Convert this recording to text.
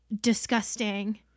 disgusting